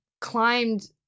climbed